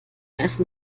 essen